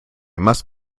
must